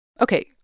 Okay